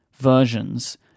versions